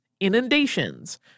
inundations